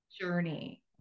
journey